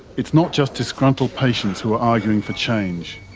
it's not just disgruntled patients who are arguing for change.